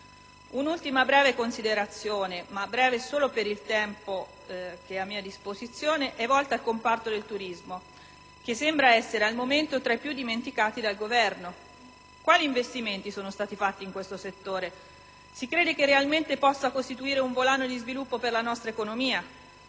Un'ultima breve considerazione - breve solo per il tempo a mia disposizione - è volta al comparto del turismo, che sembra essere al momento tra i più dimenticati dal Governo: quali investimenti sono stati fatti in questo settore? Si crede che realmente possa costituire un volano di sviluppo per la nostra economia?